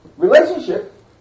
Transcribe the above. relationship